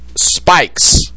spikes